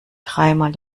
dreimal